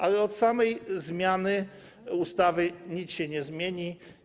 Ale od samej zmiany ustawy nic się nie zmieni.